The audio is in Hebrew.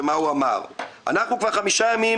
אחד העובדים אמר: "אנחנו כבר חמישה ימים